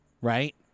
right